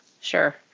sure